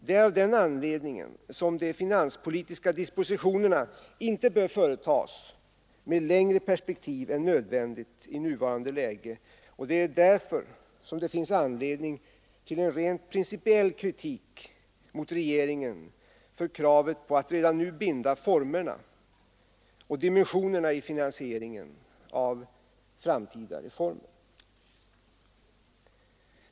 Det är av den anledningen som de finanspolitiska dispositionerna inte bör företas med längre perspektiv än nödvändigt, och det är därför som det finns anledning till en rent principiell kritik mot regeringen för kravet på att redan nu binda formerna och dimensionerna för finansieringen av framtida reformer.